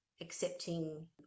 accepting